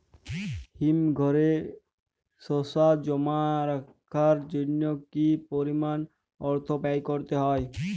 হিমঘরে শসা জমা রাখার জন্য কি পরিমাণ অর্থ ব্যয় করতে হয়?